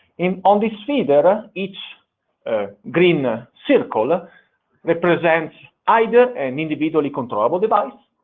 and on this feeder, but each ah green ah circle ah represents either an individually controllable device,